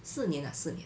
四年 ah 四年